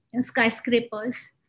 skyscrapers